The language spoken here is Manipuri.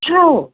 ꯍꯥꯎ